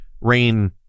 Rain